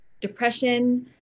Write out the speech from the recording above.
depression